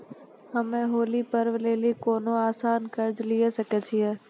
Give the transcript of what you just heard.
हम्मय होली पर्व लेली कोनो आसान कर्ज लिये सकय छियै?